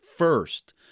first